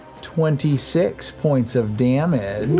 twenty six points of damage.